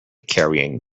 carrying